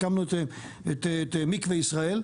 אז הקמנו את מקווה ישראל,